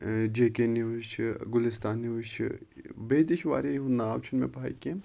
J K news چھِ Gulistan news چھِ بیٚیہِ تہِ چھِ واریاہ یُہُنٛد ناو چھُنہٕ مےٚ پاے کینٛہہ